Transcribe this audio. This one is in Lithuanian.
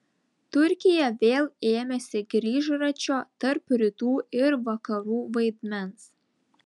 turkija vėl ėmėsi grįžračio tarp rytų ir vakarų vaidmens